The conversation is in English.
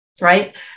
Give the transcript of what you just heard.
Right